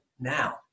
now